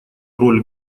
роль